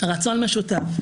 הרצון משותף.